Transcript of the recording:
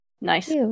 Nice